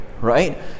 Right